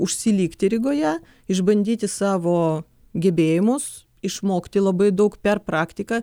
užsilikti rygoje išbandyti savo gebėjimus išmokti labai daug per praktiką